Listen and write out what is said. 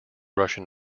russian